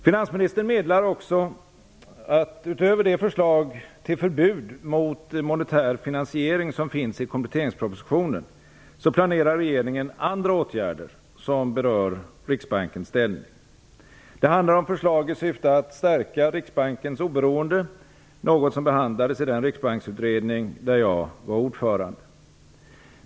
Finansministern meddelar också att regeringen utöver det förslag till förbud mot monetär finansiering som finns i kompletteringspropositionen planerar andra åtgärder som berör Riksbankens ställning. Det handlar om förslag som syftar till att stärka Riksbankens oberoende, något som behandlades i Riksbanksutredningen, där jag var ordförande för.